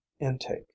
intake